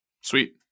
Sweet